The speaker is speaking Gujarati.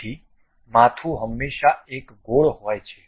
તેથી માથું હંમેશાં એક ગોળ હોય છે